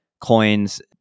coins